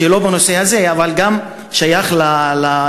לא בנושא הזה אבל גם שייך למורים.